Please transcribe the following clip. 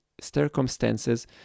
circumstances